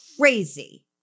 crazy